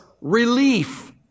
relief